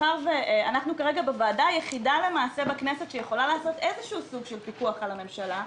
אנחנו כרגע הוועדה היחידה בכנסת שיכולה לפקח בדרך זו או אחרת על הממשלה,